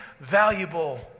valuable